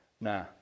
Nah